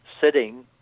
sitting